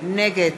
נגד